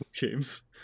games